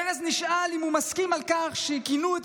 פרס נשאל אם הוא מסכים לכך שכינו את